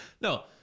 no